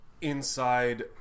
inside